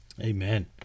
Amen